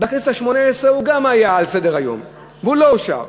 בכנסת השמונה-עשרה הוא גם היה על סדר-היום והוא לא אושר.